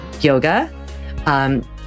Yoga